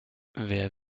wer